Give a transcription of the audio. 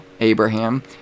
Abraham